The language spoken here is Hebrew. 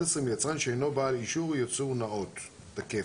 עשרה מיצרן שאינו בעל אישור לייצור נאות תקף"